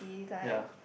ya